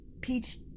Peach